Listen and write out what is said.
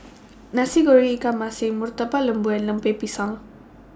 Nasi Goreng Ikan Masin Murtabak Lembu and Lemper Pisang